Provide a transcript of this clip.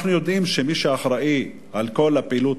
אנחנו יודעים שמי שאחראי לכל הפעילות